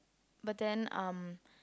but then um